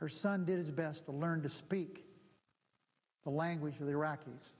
her son did his best to learn to speak the language of the iraqis